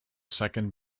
second